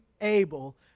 able